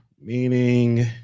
meaning